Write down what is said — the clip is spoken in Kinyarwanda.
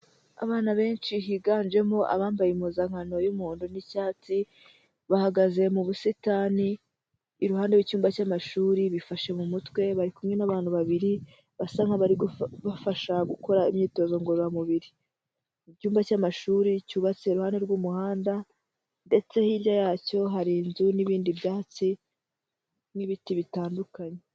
Abana benshi higanjemo abambaye impuzankano y'umuhondo n'icyatsi, bahagaze mu busitani iruhande rw'icyumba cy'amashuri, bifashe mu mutwe, bari kumwe n'abantu babiri basa nk'abari kubafasha gukora imyitozo ngororamubiri. Mu cyumba cy'amashuri cyubatse iruhande rw'umuhanda, ndetse hirya yacyo hari inzu n'ibindi byatsi, n'ibiti bitandukanye.